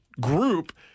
group